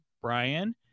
brian